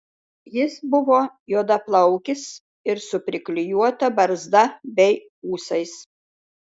jis buvo juodaplaukis ir su priklijuota barzda bei ūsais